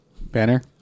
Banner